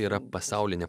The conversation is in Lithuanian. yra pasaulinė